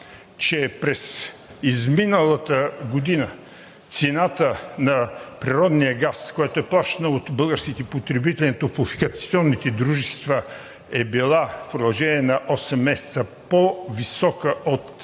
че през изминалата година цената на природния газ, която е плащана от българските потребители на топлофикационните дружества, е била в продължение на осем месеца по-висока от